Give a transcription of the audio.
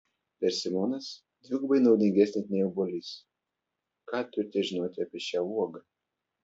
persimonas dvigubai naudingesnis nei obuolys ką turite žinoti apie šią uogą